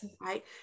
right